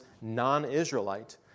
non-Israelite